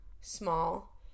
small